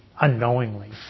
unknowingly